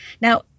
Now